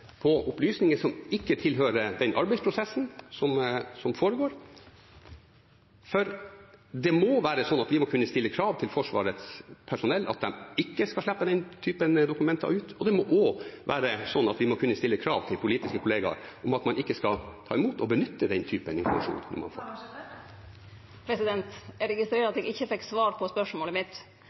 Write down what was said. på opplysninger som ikke tilhører den arbeidsprosessen som foregår. Det må være slik at vi må kunne stille krav til Forsvarets personell om at de ikke skal slippe den typen dokumenter ut, og det må også være slik at vi må kunne stille krav til politiske kollegaer om at man ikke skal ta imot og benytte den typen informasjon. Det blir oppfølgingsspørsmål – først Liv Signe Navarsete. Eg registrerer at eg ikkje fekk svar på spørsmålet mitt.